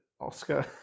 Oscar